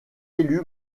élu